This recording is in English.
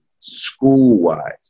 school-wise